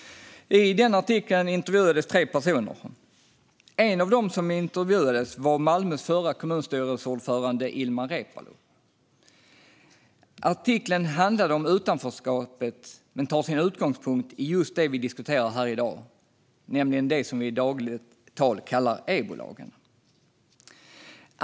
I den artikeln intervjuades tre personer. En av dem som intervjuades var Malmös förra kommunstyrelseordförande Ilmar Reepalu. Artikeln handlade om utanförskapet, men den tar sin utgångspunkt i just det vi diskuterar i dag, nämligen det som vi i dagligt tal kallar EBO-lagen.